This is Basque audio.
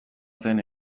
zen